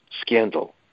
scandal